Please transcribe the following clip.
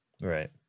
Right